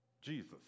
Jesus